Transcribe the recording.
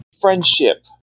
Friendship